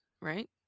right